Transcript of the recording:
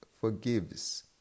forgives